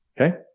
Okay